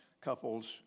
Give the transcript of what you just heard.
couples